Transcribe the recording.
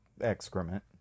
excrement